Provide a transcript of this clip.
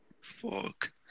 Fuck